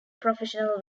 professional